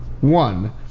One